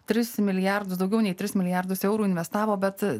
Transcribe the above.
tris milijardus daugiau nei tris milijardus eurų investavo bet